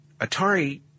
Atari